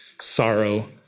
sorrow